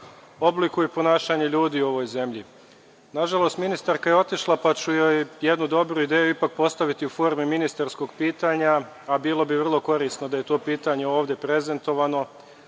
oblikuje i ponašanje ljudi u ovoj zemlji. Nažalost, ministarka je otišla, pa ću joj jednu dobru ideju ipak postaviti u formi ministarskog pitanja, a bilo bi vrlo korisno da je to pitanje ovde prezentovano,